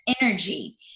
energy